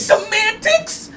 Semantics